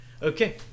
Okay